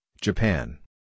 Japan